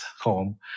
home